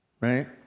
right